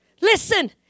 Listen